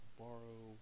borrow